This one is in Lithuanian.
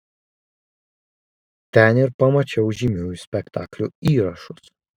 ten ir pamačiau žymiųjų spektaklių įrašus